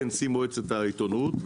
כנשיא מועצת העיתונות,